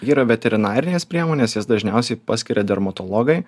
yra verterinarinės priemonės jas dažniausiai paskiria dermatologai